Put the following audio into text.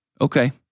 Okay